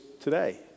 today